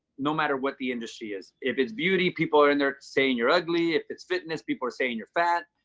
no matter what the industry is, if it's beauty people are in, they're saying you're ugly. if it's fitness, people are saying you're fat.